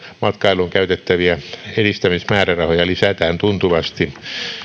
matkailuun käytettäviä edistämismäärärahoja lisätään tuntuvasti